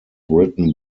written